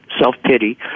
self-pity